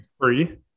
Free